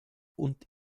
und